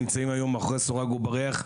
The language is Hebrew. נמצאים היום מאחורי סורג ובריח,